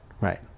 right